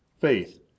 faith